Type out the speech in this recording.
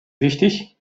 wichtig